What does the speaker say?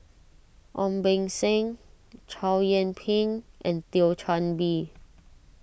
Ong Beng Seng Chow Yian Ping and Thio Chan Bee